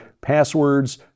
passwords